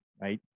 right